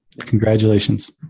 Congratulations